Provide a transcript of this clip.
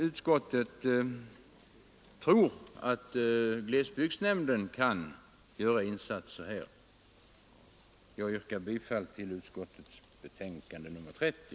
Utskottet tror dock att glesbygdsnämnden kan göra en insats på detta område. Jag yrkar bifall till utskottets hemställan i betänkande nr 30.